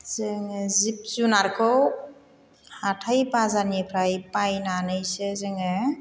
जोङो जिब जुनारखौ हाथाइ बाजारनिफ्राय बायनानैसो जोङो